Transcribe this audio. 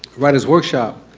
writers workshop,